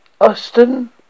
Austin